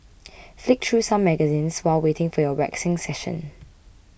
flick through some magazines while waiting for your waxing session